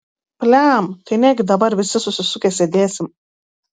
pliam tai negi dabar visi susisukę sėdėsim